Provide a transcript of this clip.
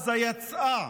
עזה יצאה